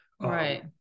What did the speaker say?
Right